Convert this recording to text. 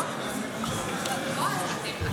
בבקשה.